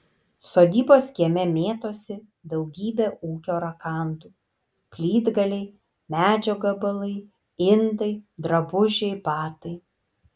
sodybos kieme mėtosi daugybė ūkio rakandų plytgaliai medžio gabalai indai drabužiai batai